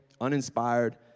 uninspired